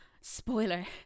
spoiler